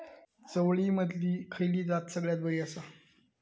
चवळीमधली खयली जात सगळ्यात बरी आसा?